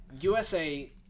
USA